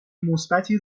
مثبتی